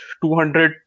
200